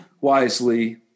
wisely